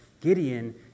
Gideon